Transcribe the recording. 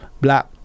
black